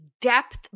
depth